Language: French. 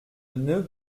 nœud